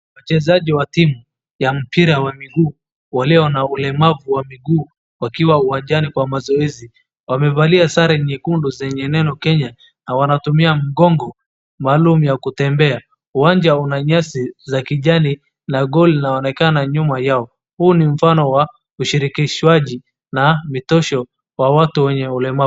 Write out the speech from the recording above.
Wachezaji wa timu ya mpira wa miguu, walio na ulemavu wa miguu wakiwa uwanjani kwa mazoezi. Wamevalia sare nyekundu zenye neo Kenya na wanatumia mgongo maalum ya kutembea. Uwanja una nyasi za kijani na goal inaonekana nyuma yao. Huu ni mfano wa ushirikishwaji na mitosho kwa watu wenye ulemavu.